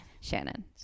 Shannon